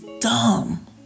dumb